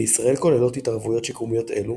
בישראל כוללות התערבויות שיקומיות אלו